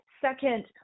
second